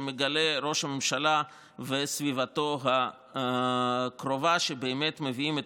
שמגלה שראש הממשלה וסביבתו הקרובה באמת מביאים את